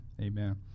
Amen